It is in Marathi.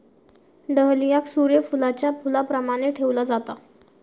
डहलियाक सूर्य फुलाच्या फुलाप्रमाण ठेवला जाता